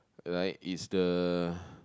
like is the